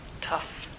tough